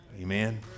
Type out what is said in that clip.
Amen